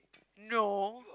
no